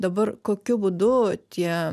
dabar kokiu būdu tie